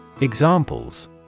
Examples